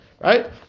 Right